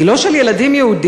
היא לא של ילדים יהודים?